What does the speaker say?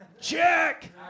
Check